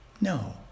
No